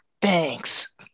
thanks